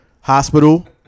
hospital